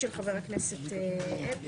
של חה"כ זאב